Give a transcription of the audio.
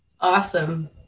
Awesome